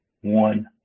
one